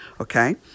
Okay